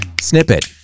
Snippet